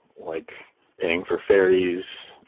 like paying for fairies,